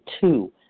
two